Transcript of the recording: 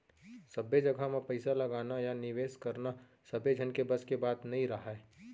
सब्बे जघा म पइसा लगाना या निवेस करना सबे झन के बस के बात नइ राहय